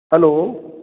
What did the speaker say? hello